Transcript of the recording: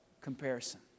comparison